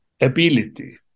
ability